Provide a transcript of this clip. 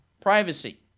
privacy